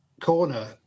corner